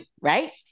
right